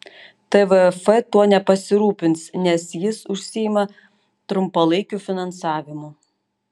tvf tuo nepasirūpins nes jis užsiima trumpalaikiu finansavimu